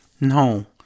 No